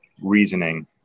reasoning